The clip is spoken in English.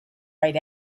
right